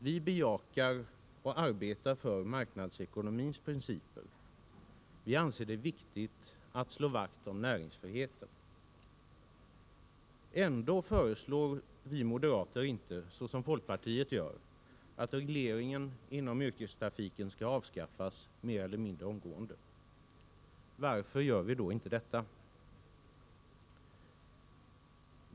Vi bejakar och arbetar för marknadsekonomins principer. Vi anser det viktigt att slå vakt om näringsfriheten. Ändå föreslår vi moderater inte, så som folkpartiet gör, att regleringen inom yrkestrafiken skall avskaffas mer eller mindre omgående. Varför gör vi inte då detta?